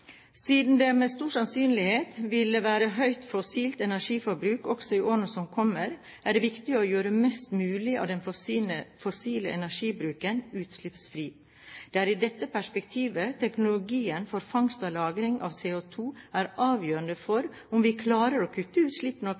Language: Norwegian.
Siden det med stor sannsynlighet vil være høyt fossilt energiforbruk også i årene som kommer, er det viktig å gjøre mest mulig av den fossile energibruken utslippsfri. Det er i dette perspektivet teknologien for fangst og lagring av CO2 er avgjørende for om vi klarer å kutte utslippene